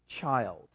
child